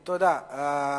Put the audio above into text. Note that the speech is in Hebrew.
תודה.